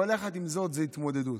אבל יחד עם זאת, זו התמודדות,